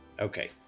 Okay